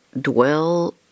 dwell